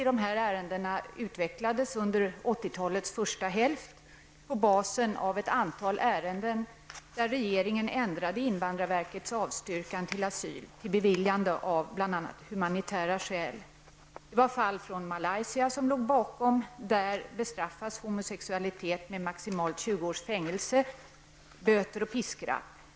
Praxis i dessa ärenden utvecklades under 1980 talets första hälft på grundval av ett antal ärenden där regeringen ändrade invandrarverkets avstyrkan till asyl och beviljade asyl av bl.a. humanitära skäl. Det var bl.a. fall från Malaysia som gav anledning till detta. Där bestraffas homosexualitet med maximalt 20 års fängelse, böter och piskrapp.